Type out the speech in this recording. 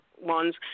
ones